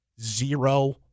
zero